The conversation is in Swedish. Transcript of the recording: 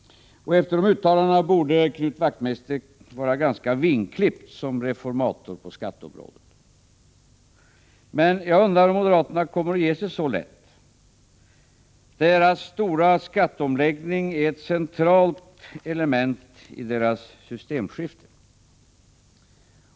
Efter de uttalandena borde Knut Wachtmeister vara ganska vingklippt som reformator på skatteområdet. Men jag undrar om moderaterna kommer att ge sig så lätt. Deras stora skatteomläggning är ett centralt element i deras systemskifte.